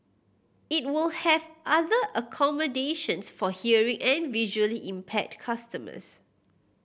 it will have other accommodations for hearing and visually impaired customers